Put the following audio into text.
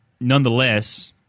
nonetheless